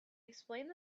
explained